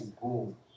go